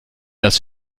das